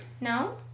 no